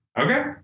Okay